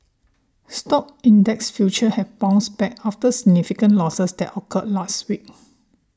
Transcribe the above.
stock index future have bounced back after significant losses that occurred last week